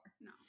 No